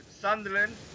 Sunderland